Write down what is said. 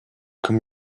come